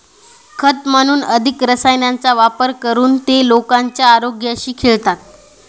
खत म्हणून अधिक रसायनांचा वापर करून ते लोकांच्या आरोग्याशी खेळतात